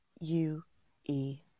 U-E